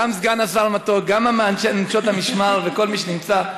גם סגן השר מתוק, גם נשות המשמר וכל מי שנמצא.